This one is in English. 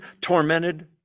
tormented